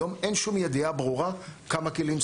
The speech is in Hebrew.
היום אין שום ידיעה ברורה לגבי כמה כלים יש,